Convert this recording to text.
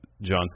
John